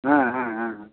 ஆ ஆ ஆ